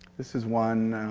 this is one